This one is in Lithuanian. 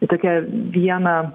į tokią vieną